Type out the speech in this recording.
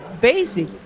basic